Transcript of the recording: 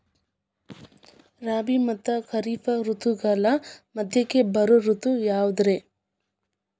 ರಾಬಿ ಮತ್ತ ಖಾರಿಫ್ ಋತುಗಳ ಮಧ್ಯಕ್ಕ ಬರೋ ಋತು ಯಾವುದ್ರೇ?